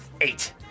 Eight